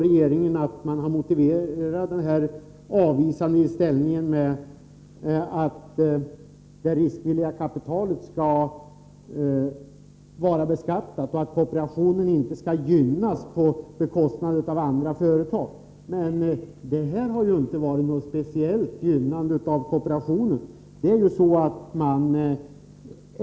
Regeringen motiverar denna avvisande inställning med att det riskvilliga kapitalet skall vara beskattat och att kooperationen inte skall gynnas på bekostnad av andra företag, men det har inte handlat om något speciellt gynnande av kooperationen.